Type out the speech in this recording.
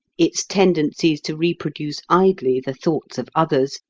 its tendencies to reproduce idly the thoughts of others,